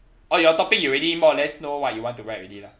oh your topic you already more or less know what you want to write already lah